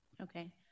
Okay